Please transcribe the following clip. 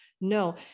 No